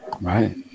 Right